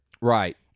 Right